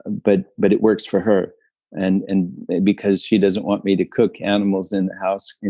and but but it works for her and and because she doesn't want me to cook animals in the house,